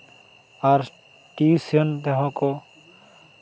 ᱟᱨ tuition ᱛᱮᱦᱚᱸ ᱠᱚ